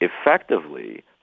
effectively